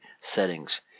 settings